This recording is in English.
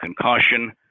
concussion